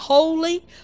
Holy